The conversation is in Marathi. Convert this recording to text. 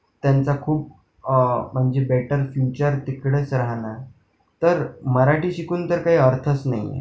त्यांचा खूप म्हणजे बेटर फ्युचर तिकडंच राहणार तर मराठी शिकून तर काही अर्थच नाही आहे